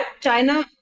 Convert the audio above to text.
China